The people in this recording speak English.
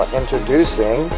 introducing